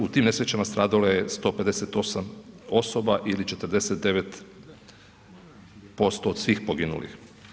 U tim nesrećama stradalo je 158 osoba ili 49% od svih poginulih.